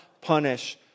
punish